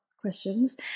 questions